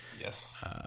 yes